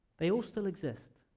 they all still exist.